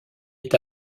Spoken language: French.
est